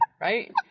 right